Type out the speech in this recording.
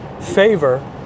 favor